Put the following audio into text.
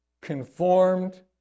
conformed